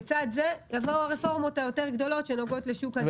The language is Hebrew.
לצד זה יבואו הרפורמות היותר גדולות שנוגעות לשוק הדואר.